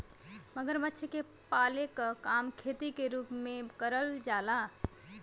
मगरमच्छ के पाले क काम खेती के रूप में करल जाला